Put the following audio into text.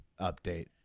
update